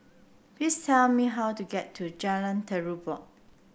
please tell me how to get to Jalan Terubok